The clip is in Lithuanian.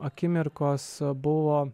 akimirkos buvo